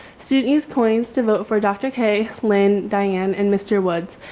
student coins to look for dr. k, lynn, dian and mr. woods,